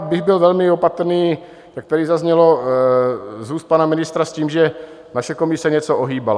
Byl bych velmi opatrný, jak tady zaznělo z úst pana ministra, s tím, že naše komise něco ohýbala.